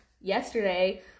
yesterday